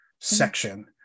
section